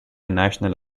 national